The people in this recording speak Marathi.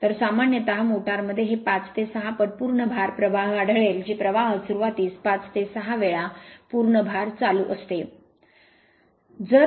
तर सामान्यत मोटारमध्ये हे 5 ते 6 पट पूर्ण भार प्रवाह आढळेल जे प्रवाह सुरूवातीस 5 ते 6 वेळा पूर्ण भार चालू असते